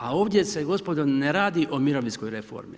A ovdje se gospodo ne radi o mirovinskoj reformi.